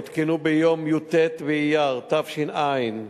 הותקנו ביום י"ט באייר התש"ע,